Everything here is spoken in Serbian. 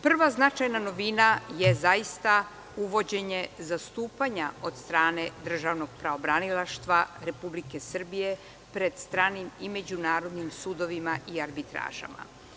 Prva značajna novina je uvođenje zastupanja od strane državnog pravobranilaštva RS pred stranim i međunarodnim sudovima i arbitražama.